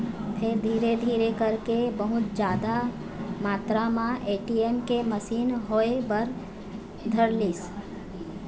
फेर धीरे धीरे करके बहुत जादा मातरा म ए.टी.एम के मसीन होय बर धरलिस